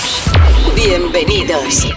Bienvenidos